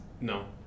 No